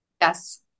Yes